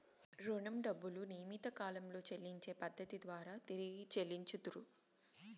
రుణం డబ్బులు నియమిత కాలంలో చెల్లించే పద్ధతి ద్వారా తిరిగి చెల్లించుతరు